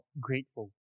grateful